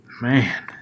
Man